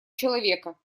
человека